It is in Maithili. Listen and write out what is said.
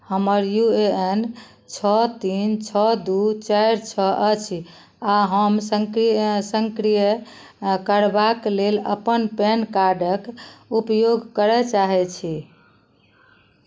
हमर यू ए एन छओ तीन छओ दू चारि छओ अछि आ हम सक्रिय सक्रिय करबाक लेल अपन पैन कार्डक उपयोग करय चाहैत छी